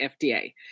FDA